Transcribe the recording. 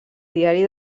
diari